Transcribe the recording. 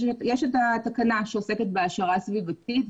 יש תקנה שעוסקת בהעשרה סביבתית,